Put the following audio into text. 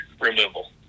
removal